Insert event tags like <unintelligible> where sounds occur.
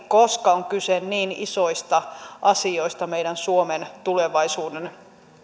<unintelligible> koska on kyse niin isoista asioista meidän suomen tulevaisuuden